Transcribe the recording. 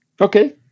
Okay